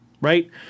right